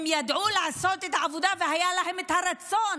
הם ידעו לעשות את העבודה, והיה להם את הרצון.